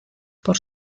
por